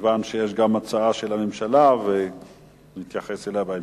כיוון שיש גם הצעה של הממשלה, ונתייחס אליה בהמשך.